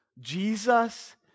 Jesus